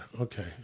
Okay